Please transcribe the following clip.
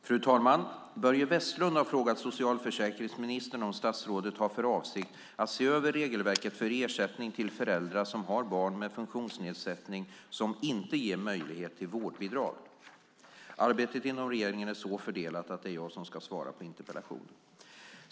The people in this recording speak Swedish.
Fru talman! Börje Vestlund har frågat socialförsäkringsministern om statsrådet har för avsikt att se över regelverket för ersättning till föräldrar som har barn med funktionsnedsättning som inte ger möjlighet till vårdbidrag. Arbetet inom regeringen är så fördelat att det är jag som ska svara på interpellationen.